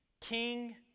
king